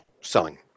selling